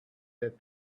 that